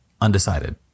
Undecided